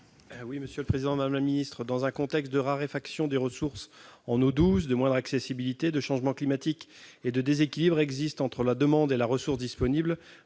parole est à M. Frédéric Marchand. Dans un contexte de raréfaction des ressources en eau douce, de moindre accessibilité, de changement climatique et de déséquilibre entre la demande et la ressource disponible,